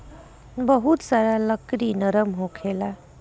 बहुत सारा लकड़ी नरम होखेला